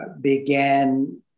began